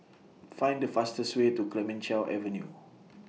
Find The fastest Way to Clemenceau Avenue